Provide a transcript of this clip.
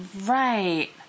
right